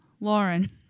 Lauren